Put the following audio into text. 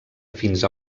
fins